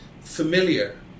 familiar